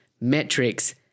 metrics